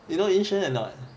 you know yun xuan or not